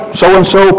so-and-so